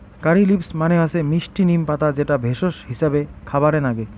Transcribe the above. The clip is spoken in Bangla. কারী লিভস মানে হসে মিস্টি নিম পাতা যেটা ভেষজ হিছাবে খাবারে নাগে